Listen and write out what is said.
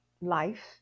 life